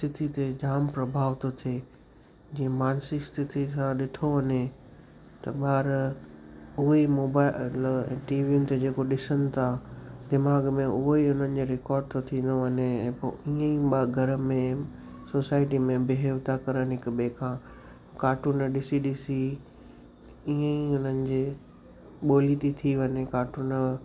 स्थिती ते जाम प्रभाव थो थिए जीअं मानसिक स्थिती सां ॾिठो वञे त ॿार उहे ई मोबाइल टीवियुनि ते जेको ॾिसनि ता दिमाग़ में उहा ई उन्हनि जे रिकॉड थो थींदो वञे पोइ ईअं ई मां घर में सोसाइटी में बिहेव था कनि हिक ॿिए खां कार्टून ॾिसी ॾिसी ईअं ई उन्हनि जे ॿोली थिए थी वञे कार्टून